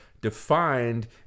defined